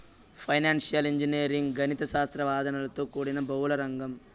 financial engineering గణిత శాస్త్ర సాధనలతో కూడిన బహుళ రంగం